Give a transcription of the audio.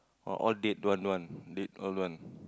ah all date one one date all one